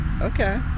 Okay